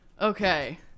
Okay